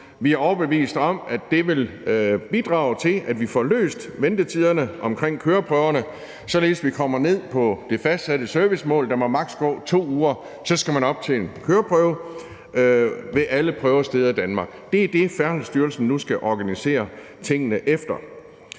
Vi er overbevist om, at det vil bidrage til, at vi får løst ventetiderne omkring køreprøverne, således at vi kommer ned på det fastsatte servicemål: Der må maks. gå 2 uger, så skal man op til en køreprøve ved alle prøvesteder i Danmark. Det er det, Færdselsstyrelsen nu skal organisere tingene efter.